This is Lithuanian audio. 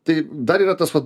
tai dar yra tas vat